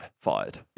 fired